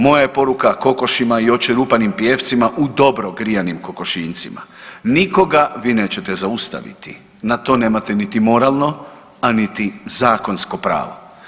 Moja je poruka kokošima i očerupanim pijevcima u dobro grijanim kokošinjcima nikoga vi nećete zaustaviti, na to nemate niti moralno, a niti zakonsko pravo.